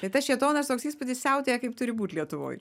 bet tas šėtonas toks įspūdis siautėja kaip turi būt lietuvoj